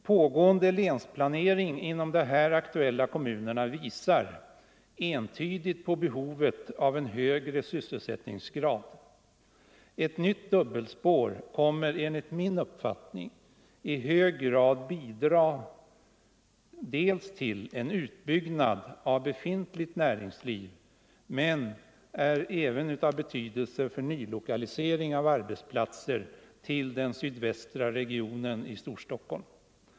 Pågående länsplanering inom de här aktuella kommunerna visar entydigt på behovet av en högre sysselsättningsgrad. Ett nytt dubbelspår kommer enligt min uppfattning i hög grad att bidra till en utbyggnad av befintligt näringsliv, men det är även av betydelse för nylokalisering av arbetsplatser till den sydvästra regionen i Storstockholm.